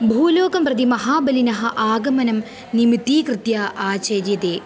भूलोकं प्रति महाबलिनः आगमनं निमित्तीकृत्य आचर्यते